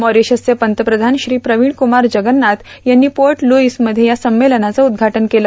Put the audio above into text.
मॉरीशसचे पंतप्रधान श्री प्रवीण कुमार जगव्नाथ यांनी पोर्ट लुईसमध्ये या संमेलनाचं उद्घाटन केलं